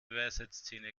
weisheitszähne